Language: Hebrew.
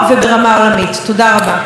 חברת הכנסת מרב מיכאלי,